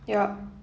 ya